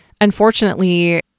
unfortunately